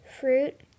fruit